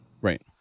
Right